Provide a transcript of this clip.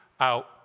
out